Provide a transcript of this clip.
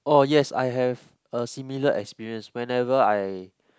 oh yes I have a similar experience whenever I